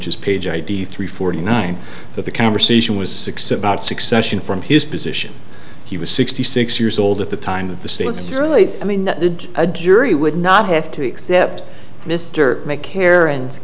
which is page id three forty nine that the conversation was six about succession from his position he was sixty six years old at the time of the statement really i mean a jury would not have to accept mr may care and